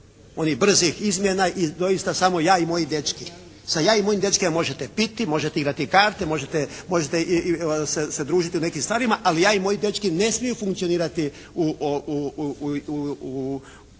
onih brzih izmjena i doista samo ja i moji dečki. Sa ja i mojim dečkima možete piti, možete igrati karte, možete se družiti u nekim stvarima. Ali ja i moji dečki ne smiju funkcionirati u, onda